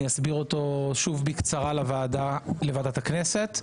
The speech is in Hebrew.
אני אסביר אותו שוב בקצרה לוועדת הכנסת.